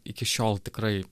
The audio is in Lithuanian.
iki šiol tikrai